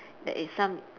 that is some